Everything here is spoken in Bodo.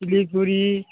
सिलिगुरि